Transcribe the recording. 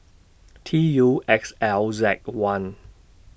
T U X L Z one